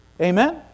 Amen